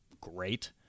great